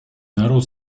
народ